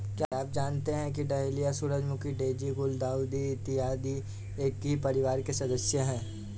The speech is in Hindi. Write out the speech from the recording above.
क्या आप जानते हैं कि डहेलिया, सूरजमुखी, डेजी, गुलदाउदी इत्यादि एक ही परिवार के सदस्य हैं